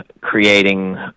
creating